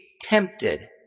tempted